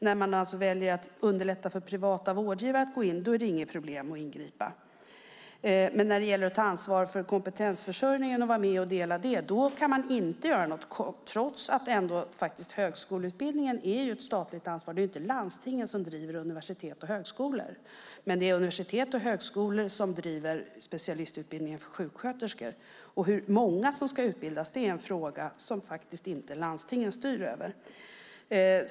När man väljer att underlätta för privata vårdgivare att gå in är det inga problem att ingripa, men när det gäller att ta ansvar för kompetensförsörjningen och vara med och dela detta kan man inte göra någonting, trots att högskoleutbildningen är ett statligt ansvar. Det är inte landstingen som driver universitet och högskolor, men det är universitet och högskolor som driver specialistutbildningarna för sjuksköterskor. Hur många som ska utbildas är en fråga som landstingen faktiskt inte styr över.